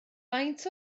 faint